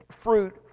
fruit